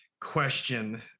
question